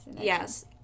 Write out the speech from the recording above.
Yes